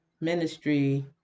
ministry